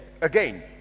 again